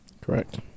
Correct